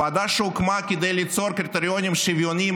"הוועדה הוקמה כדי ליצור קריטריונים שוויוניים,